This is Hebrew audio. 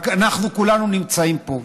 אנחנו כולנו נמצאים פה.